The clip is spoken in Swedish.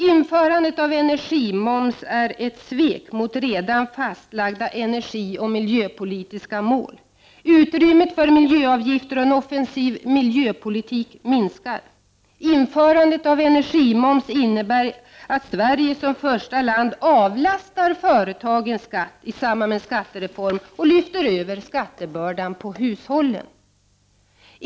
Införandet av energimoms är ett svek mot redan fastlagda energioch miljöpolitiska mål. Utrymmet för miljöavgifter och en offensiv miljöpolitik minskar. Införandet av energimoms innebär att Sverige som första land avlastar företagen skatt i samband med en skattereform och lyfter över skattebördan på hushållen.